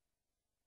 השנה?